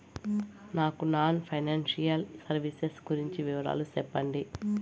నాకు non financial services గురించి వివరాలు సెప్పండి?